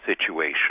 situation